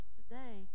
today